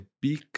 big